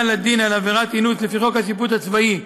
לדין על עבירת אינוס לפי חוק השיפוט הצבאי,